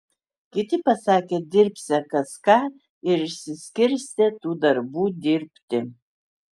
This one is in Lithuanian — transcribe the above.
kiti pasakė dirbsią kas ką ir išsiskirstė tų darbų dirbti